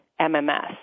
MMS